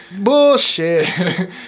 Bullshit